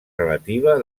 relativa